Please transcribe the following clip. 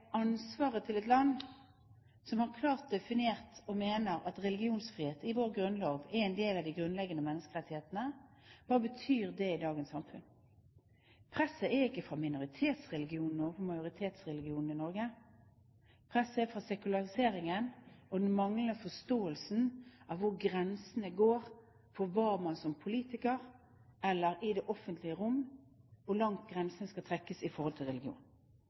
ansvaret til et land som har klart definert i sin grunnlov og mener at religionsfrihet er en del av de grunnleggende menneskerettighetene? Hva betyr det i dagens samfunn? Presset er ikke fra minoritetsreligioner overfor majoritetsreligioner i Norge. Presset er fra sekulariseringen og den manglende forståelsen av hvor grensene går. Hvor langt kan man som politiker gå, eller, i det offentlige rom, hvor skal grensene trekkes i forhold til religion?